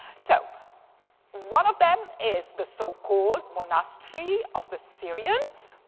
so one of them is the so-called monastery of the syrians,